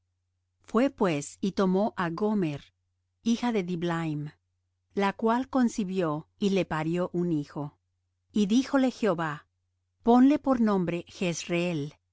fué pues y tomó á gomer hija de diblaim la cual concibió y le parió un hijo y díjole jehová ponle por nombre jezreel porque de